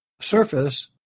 surface